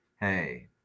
hey